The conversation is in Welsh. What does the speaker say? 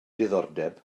diddordeb